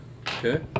Okay